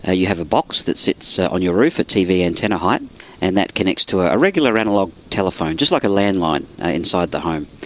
ah you have a box that sits on your roof at tv antenna height and that connects to ah a regular analogue telephone, just like a landline inside the home.